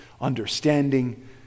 understanding